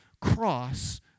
cross